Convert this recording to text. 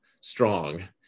strong